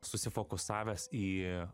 susifokusavęs į